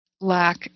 lack